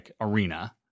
arena